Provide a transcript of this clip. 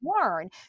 learn